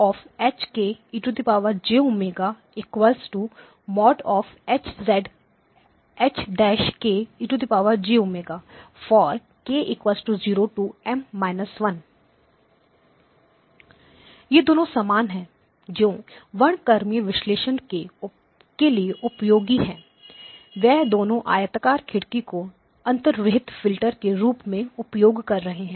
for K 0 M 1 तो ये दोनों समान हैं जो वर्णक्रमीय विश्लेषण के लिए उपयोगी हैं वे दोनों आयताकार खिड़की को अंतर्निहित फिल्टर underlying filter के रूप में उपयोग कर रहे हैं